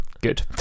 Good